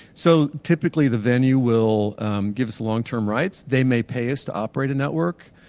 so typically the venue will give us long-term rights. they may pay us to operate a network.